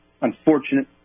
unfortunate